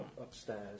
upstairs